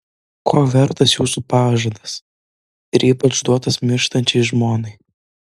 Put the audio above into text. ko vertas jūsų pažadas ir ypač duotas mirštančiai žmonai